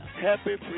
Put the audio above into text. Happy